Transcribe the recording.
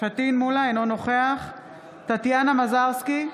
אינו נוכח טטיאנה מזרסקי,